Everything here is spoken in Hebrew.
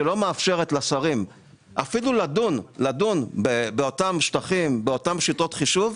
שלא מאפשרת לשרים אפילו לדון באותן שיטות חישוב,